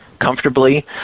comfortably